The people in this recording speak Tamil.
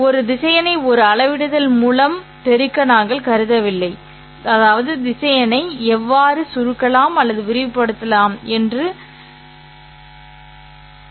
ஒரு திசையனை ஒரு அளவிடுதல் மூலம் பெருக்க நாங்கள் கருதவில்லை அதாவது திசையனை எவ்வாறு சுருக்கலாம் அல்லது விரிவுபடுத்த வேண்டும் என்று எனக்குத் தெரியாது